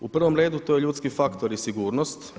U provom redu to je ljudski faktor i sigurnost.